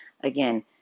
again